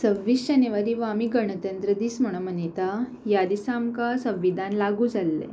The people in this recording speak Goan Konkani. सव्वीस जानेवारी व्हो आमी गणतंत्र दीस म्हणो मनयता ह्या दिसा आमकां संविधान लागू जाल्ले